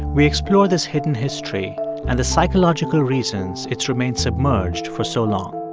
we explore this hidden history and the psychological reasons it's remained submerged for so long